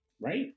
right